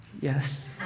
Yes